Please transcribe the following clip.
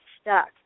stuck